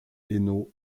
hainaut